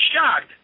shocked